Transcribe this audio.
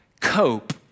cope